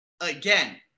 again